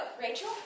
Rachel